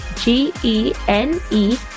G-E-N-E